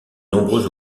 nombreux